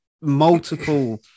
multiple